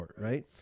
right